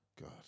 God